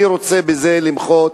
אני רוצה למחות